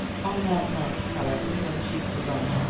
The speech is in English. on that night, however, when she was alone,